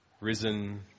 risen